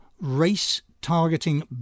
race-targeting